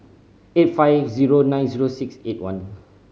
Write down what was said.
eight five zero nine zero six eight one